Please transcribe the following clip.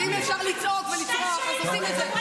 אם אפשר לצעוק ולצרוח, אז עושים את זה.